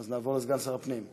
אז נעבור לסגן שר הפנים.